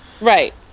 Right